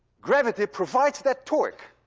gravity provides that torque.